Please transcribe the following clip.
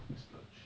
splurge